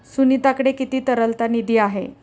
सुनीताकडे किती तरलता निधी आहे?